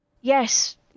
yes